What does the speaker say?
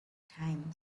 time